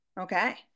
Okay